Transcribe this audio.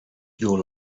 your